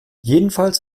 jedenfalls